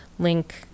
link